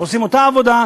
עושים את אותה עבודה,